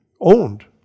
owned